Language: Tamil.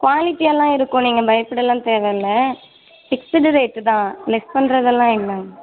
குவாலிட்டியாவெலாம் இருக்கும் நீங்கள் பயப்படலாம் தேவையில்லை ஃபிக்ஸுடு ரேட்டு தான் லெஸ் பண்ணுறதெல்லாம் இல்லைங்க